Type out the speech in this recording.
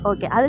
Okay